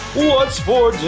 what's for